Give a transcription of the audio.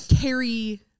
carry